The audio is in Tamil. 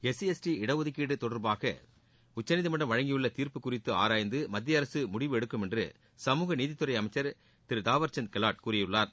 எஸ்சி எஸ்டி இடஒதுக்கீடு தொடர்பாக உச்சநீதிமன்றம் வழங்கியுள்ள தீர்ப்பு குறித்து ஆராய்ந்து மத்திய அரசு முடிவு எடுக்கும் என்று சமூக நீதித்துறை அமைச்சர் திரு தாவர்சந்த் கெலாட் கூறியுள்ளார்